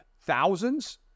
Thousands